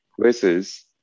versus